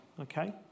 Okay